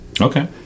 Okay